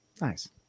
Nice